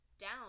down